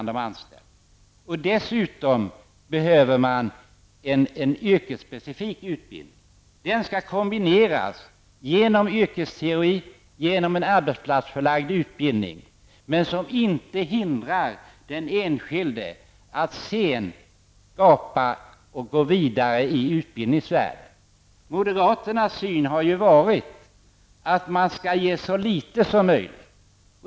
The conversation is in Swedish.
Dessutom behöver de en yrkesspecifik utbildning, och i den kombineras nu yrkesteori med arbetsplatsförlagd utbildning. Det är en utbildning som inte hindrar den enskilde från att sedan gå vidare i utbildningens värld. Moderaternas syn har ju varit att man skall ge så litet som möjligt.